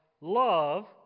love